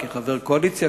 כחבר קואליציה,